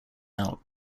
out